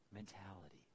mentality